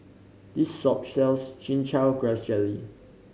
this shop sells Chin Chow Grass Jelly